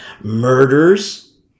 murders